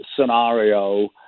scenario